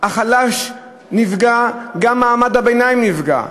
החלש נפגע גם מעמד הביניים נפגע,